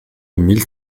mille